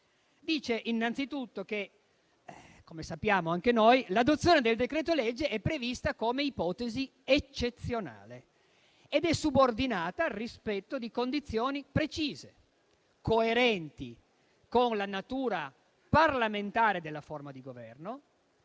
innanzitutto che, come sappiamo anche noi, l'adozione del decreto-legge è prevista come ipotesi eccezionale ed è subordinata al rispetto di condizioni precise, coerenti con la natura parlamentare della forma di Governo